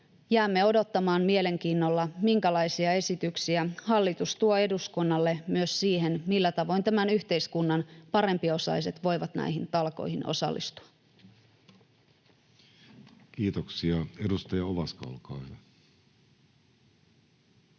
Jäämme odottamaan mielenkiinnolla, minkälaisia esityksiä hallitus tuo eduskunnalle myös siihen, millä tavoin tämän yhteiskunnan parempiosaiset voivat näihin talkoihin osallistua. Kiitoksia. — Edustaja Ovaska, olkaa hyvä.